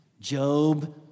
Job